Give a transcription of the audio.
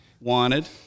wanted